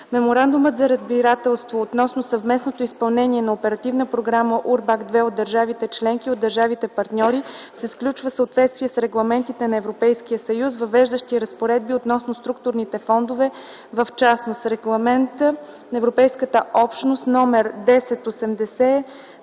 Меморандумът за разбирателство, относно съвместното изпълнение на Оперативна програма „УРБАКТ II” от държавите-членки и от държавите-партньори, се сключва в съответствие с регламентите на ЕС, въвеждащи разпоредби относно структурните фондове, в частност Регламент № 1080/2006 на Европейския